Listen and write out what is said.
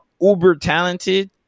uber-talented